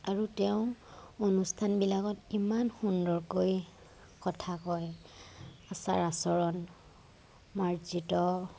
আৰু তেওঁ অনুষ্ঠানবিলাকত ইমান সুন্দৰকৈ কথা কয় আচাৰ আচৰণ মাৰ্জিত